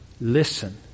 Listen